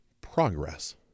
progress